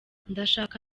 ndashaka